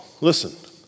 listen